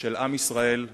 של עם ישראל במדינתו.